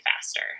faster